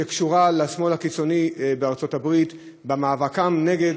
שקשורה לשמאל הקיצוני בארצות-הברית במאבקם נגד